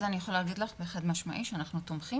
אז אני יכולה להגיד לך חד-משמעית שאנחנו תומכים